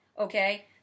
Okay